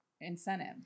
incentive